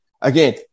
again